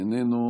איננו,